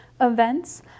events